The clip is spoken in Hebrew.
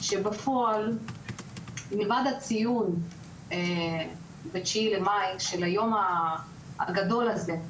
שבפועל מלבד הציון ב-9 למאי של היום הגדול הזה,